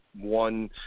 one